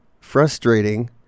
frustrating